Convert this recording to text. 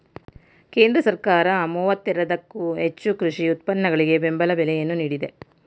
ಕೇಂದ್ರ ಸರ್ಕಾರ ಮೂವತ್ತೇರದಕ್ಕೋ ಹೆಚ್ಚು ಕೃಷಿ ಉತ್ಪನ್ನಗಳಿಗೆ ಬೆಂಬಲ ಬೆಲೆಯನ್ನು ನೀಡಿದೆ